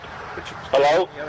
Hello